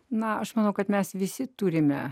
na aš manau kad mes visi turime